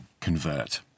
convert